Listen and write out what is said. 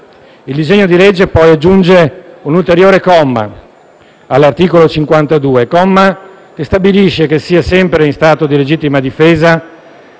Il disegno di legge poi aggiunge un ulteriore comma all'articolo 52, che stabilisce che sia sempre in stato di legittima difesa